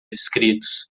escritos